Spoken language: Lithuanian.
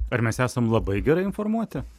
ar mes esam labai gerai informuoti